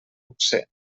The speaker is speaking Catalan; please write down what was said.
luxe